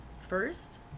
first